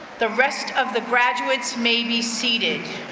the rest of the graduates may be seated.